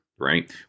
right